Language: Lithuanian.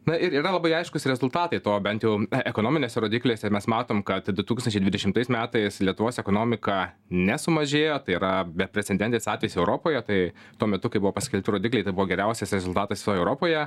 na ir yra labai aiškūs rezultatai to bent jau ekonominiuose rodikliuose mes matom kad du tūkstančiai dvidešimtais metais lietuvos ekonomika nesumažėjo tai yra beprecedentis atvejis europoje tai tuo metu kai buvo paskelbti rodikliai tai buvo geriausias rezultatas visoj europoje